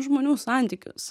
žmonių santykius